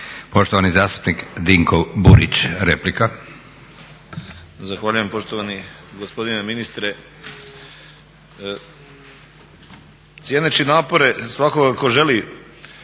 Poštovani zastupnik Dinko Burić, replika. **Burić, Dinko (HDSSB)** Zahvaljujem poštovani gospodine ministre. Cijeneći napore svakoga tko želi